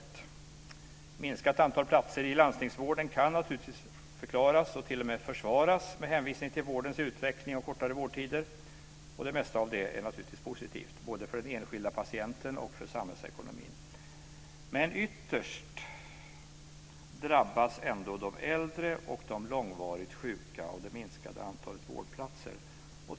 Ett minskat antal platser i landstingsvården kan naturligtvis förklaras, och t.o.m. försvaras, med hänvisning till vårdens utveckling och kortare vårdtider. Det mesta av det är naturligtvis positivt, både för den enskilda patienten och för samhällsekonomin. Men ytterst drabbas ändå de äldre och de långvarigt sjuka av det minskade antalet vårdplatser.